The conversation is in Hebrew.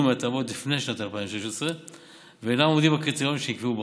מהטבות לפני שנת 2016 ואינם עומדים בקריטריונים שנקבעו בחוק.